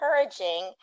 encouraging